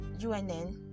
UNN